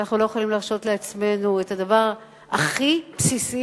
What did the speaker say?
אבל אנחנו לא יכולים להרשות לעצמנו את הדבר הכי בסיסי,